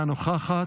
שימי נקודה.